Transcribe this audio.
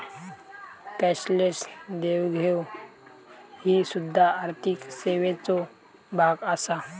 cashless देवघेव ही सुध्दा आर्थिक सेवेचो भाग आसा